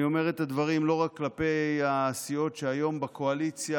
אני אומר את הדברים לא רק כלפי הסיעות שהיום בקואליציה